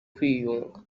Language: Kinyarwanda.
kwiyunga